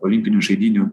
olimpinių žaidynių